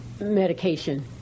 medication